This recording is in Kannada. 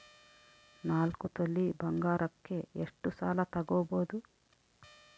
ನಾಲ್ಕು ತೊಲಿ ಬಂಗಾರಕ್ಕೆ ಎಷ್ಟು ಸಾಲ ತಗಬೋದು?